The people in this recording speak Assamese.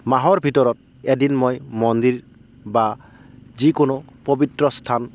মাহৰ ভিতৰত এদিন মই মন্দিৰ বা যিকোনো পৱিত্ৰ স্থান